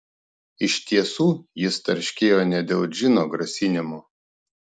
iš tiesų jis tarškėjo ne dėl džino grasinimų